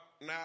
now